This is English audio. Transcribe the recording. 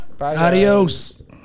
Adios